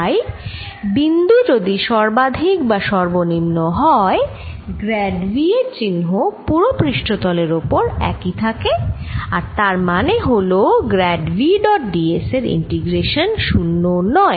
তাই বিন্দু যদি সর্বাধিক বা সর্বনিম্ন হয় গ্র্যাড V এর চিহ্ন পুরো পৃষ্ঠতলের ওপর একই থাকে আর তার মানে হল grad V dot d s এর ইন্টিগ্রেশান 0 নয়